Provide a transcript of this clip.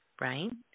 right